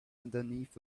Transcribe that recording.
underneath